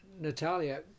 natalia